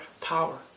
power